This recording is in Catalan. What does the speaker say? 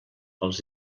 els